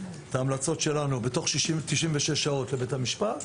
ההמלצות שלנו בתוך 96 שעות לבית המשפט,